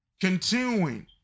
Continuing